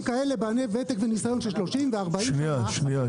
כאלה בעלי ותק וניסיון של 30 ו-40 שנה,